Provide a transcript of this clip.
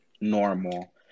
normal